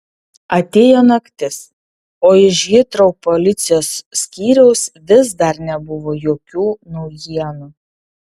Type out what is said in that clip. atėjo naktis o iš hitrou policijos skyriaus vis dar nebuvo jokių naujienų